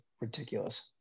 ridiculous